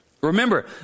Remember